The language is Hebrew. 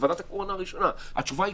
התשובה היא: